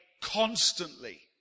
constantly